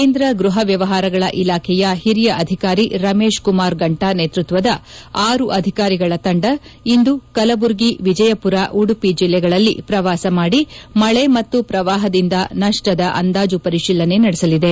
ಕೇಂದ್ರ ಗ್ಬಹ ವ್ಯವಹಾರಗಳ ಇಲಾಖೆಯ ಹಿರಿಯ ಅಧಿಕಾರಿ ರಮೇಶ್ ಕುಮಾರ್ ಗಂಟ ನೇತೃತ್ವದ ಆರು ಅಧಿಕಾರಿಗಳ ತಂಡ ಇಂದು ಕಲಬುರಗಿ ವಿಜಯಪುರ ಉಡುಪಿ ಜಿಲ್ಲೆಗಳಲ್ಲಿ ಪ್ರವಾಸ ಮಾದಿ ಮಳೆ ಮತ್ತು ಪ್ರವಾಹದಿಂದಾದ ನಷ್ವದ ಅಂದಾಜು ಪರಿಶೀಲನೆ ನಡೆಸಲಿದೆ